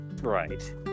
Right